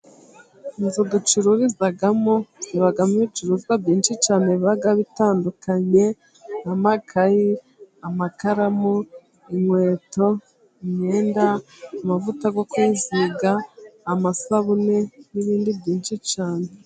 Inzu ducururizamo zibamo ibicuruzwa byinshi cyane biba bitandukanye, nk'amakayi, amakaramu, inkweto, imyenda, amavuta yo kwisiga, amasabune n'ibindi byinshi cyane.